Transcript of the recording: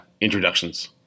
introductions